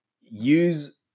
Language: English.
use